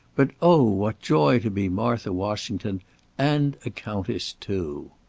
but oh, what joy to be martha washington and a countess too!